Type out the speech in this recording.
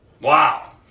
Wow